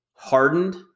hardened